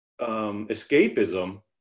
escapism